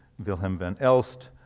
wilhelm van elst,